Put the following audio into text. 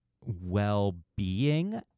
well-being